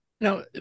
Now